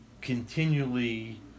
continually